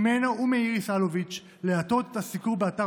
ממנו ומאיריס אלוביץ' להטות את הסיקור באתר